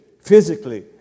physically